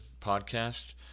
podcast